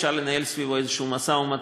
אפשר לנהל סביבו איזה משא-ומתן,